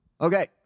Okay